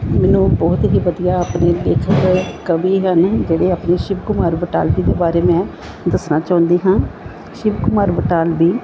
ਮੈਨੂੰ ਬਹੁਤ ਹੀ ਵਧੀਆ ਆਪਣੇ ਜਿਹੜੇ ਆਪਣੇ ਕਵੀ ਹਨ ਜਿਹੜੇ ਆਪਣੇ ਸ਼ਿਵ ਕੁਮਾਰ ਬਟਾਲਵੀ ਦੇ ਬਾਰੇ ਮੈਂ ਦੱਸਣਾ ਚਾਹੁੰਦੀ ਹਾਂ ਸ਼ਿਵ ਕੁਮਾਰ ਬਟਾਲਵੀ